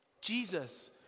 Jesus